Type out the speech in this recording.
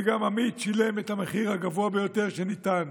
וגם עמית שילם את המחיר הגבוה ביותר שניתן.